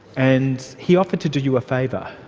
and he offered to do you a favour.